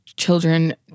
children